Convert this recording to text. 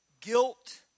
guilt